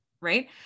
right